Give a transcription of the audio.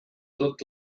looked